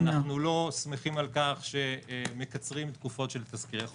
אנחנו לא שמחים על כך שמקצרים תקופות של תזכירי חוק,